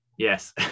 Yes